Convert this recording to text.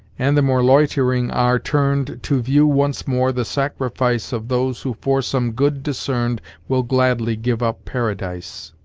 and the more loitering are turned to view once more the sacrifice of those who for some good discerned will gladly give up paradise.